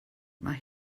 mae